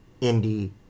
indie